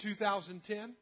2010